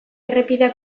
errepideak